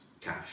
cash